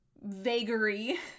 vagary